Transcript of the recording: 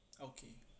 okay